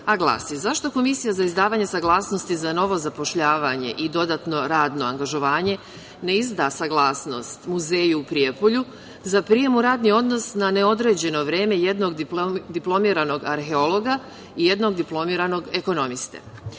a glasi – zašto Komisija za izdavanje saglasnosti za novo zapošljavanje i dodatno radno angažovanje ne izda saglasnost Muzeju u Prijepolju za prijem u radni odnos na neodređeno vreme jednog diplomiranog arheologa i jednog diplomiranog ekonomiste? Naime,